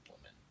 woman